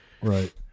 Right